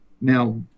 Now